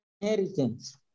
inheritance